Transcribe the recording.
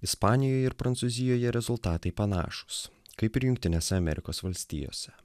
ispanijoje ir prancūzijoje rezultatai panašūs kaip ir jungtinėse amerikos valstijose